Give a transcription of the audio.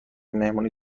مهمونی